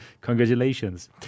Congratulations